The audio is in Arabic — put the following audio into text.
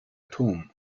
توم